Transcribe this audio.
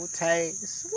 taste